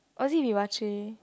or was it vivache